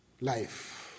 life